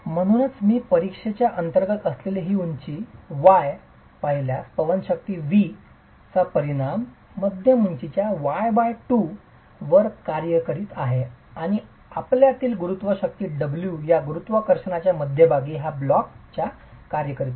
म्हणूनच मी परीक्षेच्या अंतर्गत असलेली ही उंची y पाहिल्यास पवन शक्ती V चा परिणाम मध्यम उंचीच्या y2 वर कार्य करीत आहे आणि आपल्यातील गुरुत्व शक्ती W या गुरुत्वाकर्षणाच्या मध्यभागी या ब्लॉकच्या कार्य करीत आहे